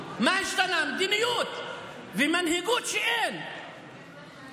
הסך הכול היחידי שהשתנה בין 2022 ל-2023 זה